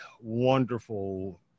wonderful